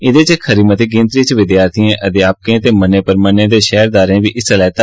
एह्दे च खरी मती गिनतरी च विद्यार्थिएं अध्यापकें ते मन्ने परमन्ने दे शैह्रदारें बी हिस्सा लैता